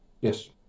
Yes